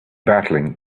battling